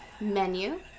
menu